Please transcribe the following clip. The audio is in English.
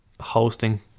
Hosting